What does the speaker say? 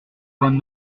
vingt